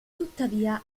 tuttavia